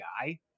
guy